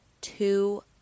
two